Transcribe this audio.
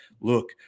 look